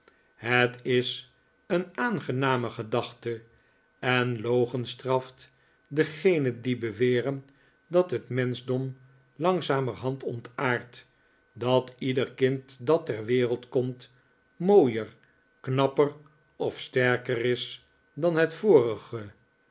het is een aangename gedachte en logenstraft degenen die beweren dat het menschdom langzamerhand ontaardt dat ieder kind dat ter wereld komt mooier knapper of sterker is dan het vorige